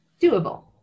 doable